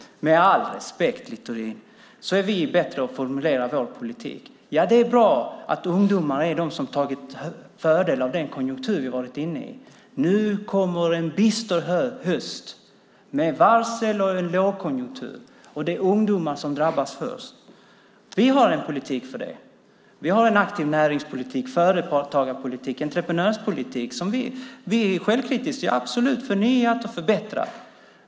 Med all respekt, Littorin, är vi bättre på att formulera vår politik. Ja, det är bra att ungdomar är de som dragit fördel av den konjunktur som vi varit inne i. Nu kommer en bister höst med varsel och lågkonjunktur, och det är ungdomar som drabbas först. Vi har en politik för det. Vi har en aktiv näringspolitik, företagarpolitik, entreprenörspolitik. Vi är självkritiska - ja, absolut. Vi har förnyat och förbättrat.